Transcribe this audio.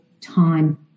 time